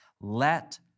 let